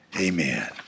Amen